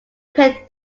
pith